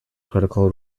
critical